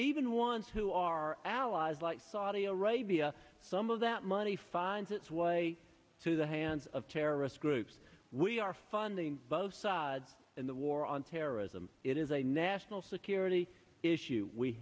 even ones who are allies like saudi arabia some of that money finds its way to the hands of terrorist groups we are funding both sides in the war on terrorism it is a national security issue we